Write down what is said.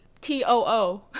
t-o-o